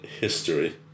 history